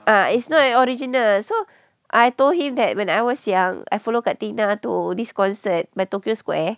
uh it's not an original so I told him that when I was young I follow kak tina to this concert by tokyo square